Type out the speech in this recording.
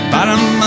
Bottom